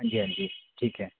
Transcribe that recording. हाँ जी हाँ जी ठीक है